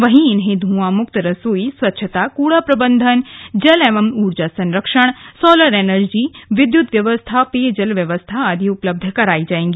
वहीं इन्हें धुआंमुक्त रसोई स्वच्छता कूड़ा प्रबंधन जल एवं ऊर्जा संरक्षण सोलर एनर्जी विद्युत व्यवस्था पेयजल व्यवस्था आदि उपलब्ध कराई जाएगी